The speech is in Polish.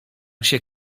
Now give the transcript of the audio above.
się